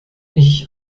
ich